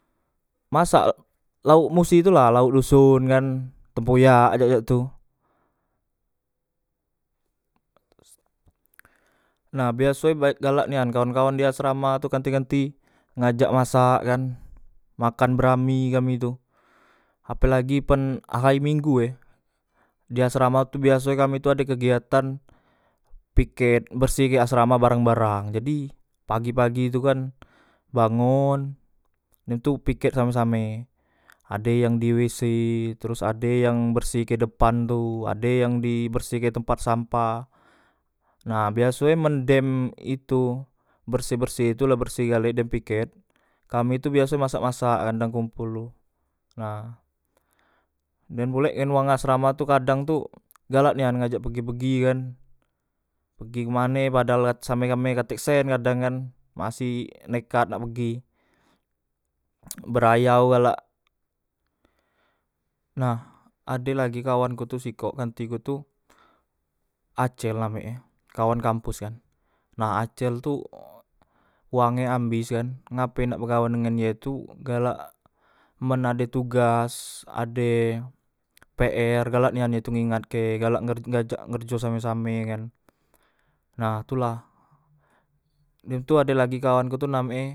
Masak laok musi tula laok doson kan tempoyak cak cak tu nah biasoe galak nian kawan kawan diasrama tu kanti kanti ngajak masak kan makan berami kami tu apelagi pen ahay minggue diasrama tu biasoe kami tu ade kegiatan piket bersihke asrama barang barang jadi pagi pagi tu kan bangon dem tu piket same same ade yang di wese teros ade yang bersike depan tu ade yang di bersike tempat sampah nah biasoe men dem itu berse berse tu la berse gale dem piket kami tu biaso masak masak kan dang kompol tu nah dem pulek wong asrama tu kadang tu galak nian ngajak pegi pegi kan pegi kemane padahal kan same same katek sen kadang kan masi nekat nak pegi berayau galak nah ade lagi kawanku tu sikok kantiku tu acel namek e kawan kampus kan nah acel tu wang e ambis kan ngape nak bekawan dengan ye tu galak men ade tugas ade pr galak nian dio tu ngingatke galak ngerja galak ngerjakke same same kan nah tula dem tu ade lagi kawanku tu namek e